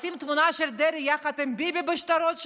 לשים תמונה של דרעי יחד עם ביבי בשטרות שלנו?